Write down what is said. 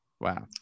Wow